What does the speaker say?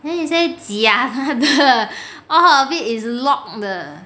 then he said 假的 all of it is locked 的